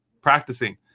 practicing